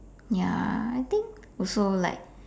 ya I think also like